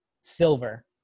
Silver